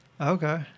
Okay